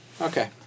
okay